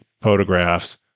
photographs